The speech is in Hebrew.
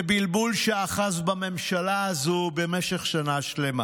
זה בלבול שאחז בממשלה הזו במשך שנה שלמה.